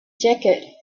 jacket